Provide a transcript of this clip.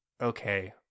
okay